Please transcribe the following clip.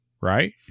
Right